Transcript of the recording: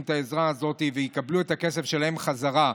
את העזרה הזאת ויקבלו את הכסף שלהם חזרה.